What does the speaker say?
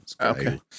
Okay